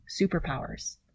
superpowers